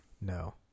No